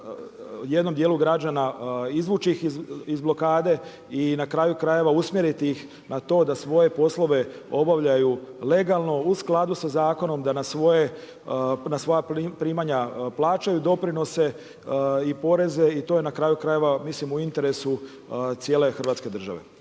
jednom dijelu građana izvući iz blokade i na kraju krajeva usmjeriti ih na to da svoje poslove obavljaju legalno u skladu sa zakonom, da na svoja primanja plaćaju doprinose i poreze i to je na kraju krajeva mislim u interesu cijele Hrvatske države.